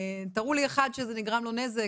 תראו לי אחד שנגרם לו נזק,